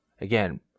again